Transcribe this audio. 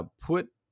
put